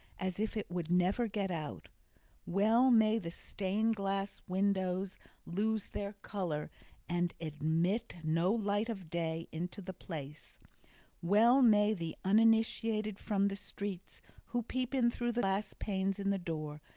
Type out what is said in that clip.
as if it would never get out well may the stained-glass windows lose their colour and admit no light of day into the place well may the uninitiated from the streets, who peep in through the glass panes in the door,